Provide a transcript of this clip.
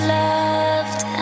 loved